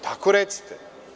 Tako recite.